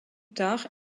tard